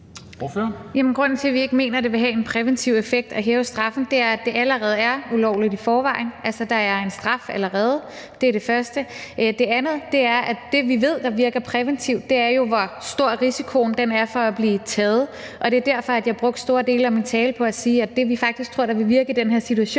Grunden til, at vi ikke mener, at det vil have en præventiv effekt at hæve straffen, er, at det allerede er ulovligt i forvejen. Altså, der er allerede en straf. Det er det ene. Det andet er, at det, vi ved virker præventivt, handler om, hvor stor risikoen er for at blive taget, og det var derfor, at jeg brugte store dele af min tale på at sige, at det, vi faktisk tror vil virke i den her situation,